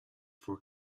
for